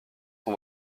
son